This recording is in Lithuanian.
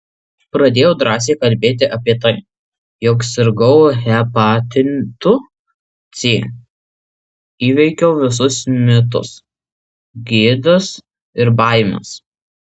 pradėjau drąsiai kalbėti apie tai jog sirgau hepatitu c įveikiau visus mitus gėdas ir baimes